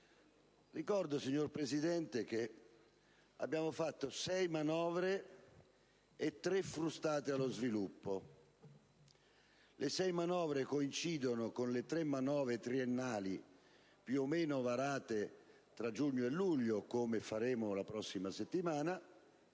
Ricordo, signor Presidente, che abbiamo fatto sei manovre e tre frustate allo sviluppo. Le sei manovre coincidono con le tre manovre triennali più o meno varate tra giugno e luglio, come faremo la prossima settimana,